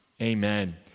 Amen